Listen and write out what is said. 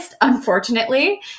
unfortunately